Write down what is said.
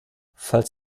falls